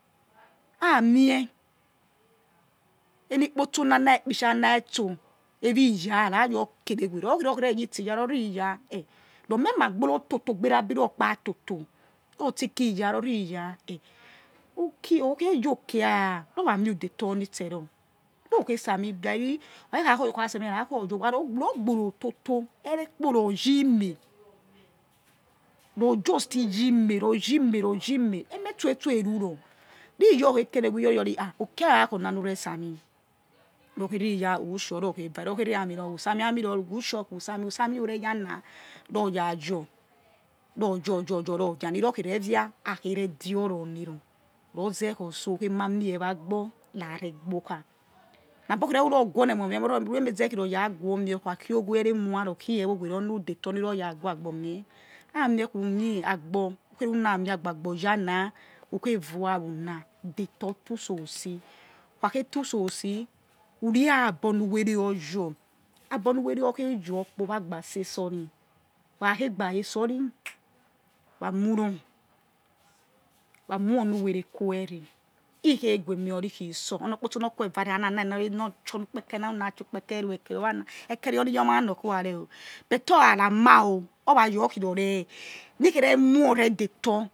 Hamie̱ eni ikpotso na̱ ikpitsa na̱ etso eh wi̱ iya rayor kerewe or khi ri ro yi itse iya ro̱ ri iya ro me̱ ma gbrototo ro tsiki iya ro yi iya uki or khe yor uki era rumidetor ni tseror ru khe sani rari me kha your oyaokha sami ha khe or your wa̱ aro or gboro toto erekpo ro yi ime ru justi yi ime or yi ime or yi ime emetsoso or ru ror ri iya or khe kerewe ri ror your ha̱ uki era khi ona nu re sami ri ru khe yhe iya who sure ri or khe vare re ror khe ya̱ ami ro̱ or sami or your who sure who sami whosami rure ya̱ na̱ ri o̱ ya your ro your yor your ri ro̱ via ni ro khe revia ha khe re edior ro ni roh roze khi emi ha̱ mie vha agbor rare gbokha na biokhere ri ror que or ni̱ emor mi eh meh or ri mor who̱ re̱ me̱ zeh khi khi or ya̱ ghumeh or kha khi owe eremua or khie owe ona detor ni ror ra gue agbor meh amie khi uni agbor oya na who̱ khe vua wa who na̱ detor tusosi who kha khe tuso si who ri agbor nu were nor your abi onu we̱re̱ okhe your kpoh vha gba sesor ri wa khega resor ri wa whonu or va whonu were kuwere he̱ ikhe gu̱ mi or ri itsor khi oni okpotso nor kue vare hana na̱ nor chi or nu kpeke na nor nu na chi or nu kpeke no we ekerowa na eke ri yoma norkhua re o̱ but or ra ra ma o or ra your khi ro reh ri khe re muoneyetor.